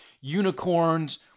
unicorns